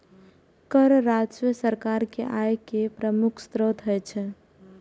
कर राजस्व सरकार के आय केर प्रमुख स्रोत होइ छै